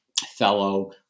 fellow